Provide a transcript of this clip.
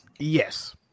Yes